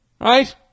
right